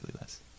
less